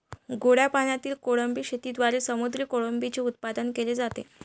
गोड्या पाण्यातील कोळंबी शेतीद्वारे समुद्री कोळंबीचे उत्पादन केले जाते